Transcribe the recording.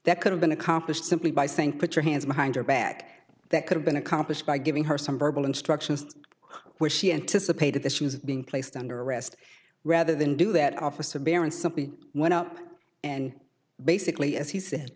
that could have been accomplished simply by saying put your hands behind your back that could have been accomplished by giving her some verbal instructions where she anticipated that she was being placed under arrest rather than do that officer barron simply went up and basically as he said